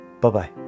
Bye-bye